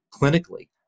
clinically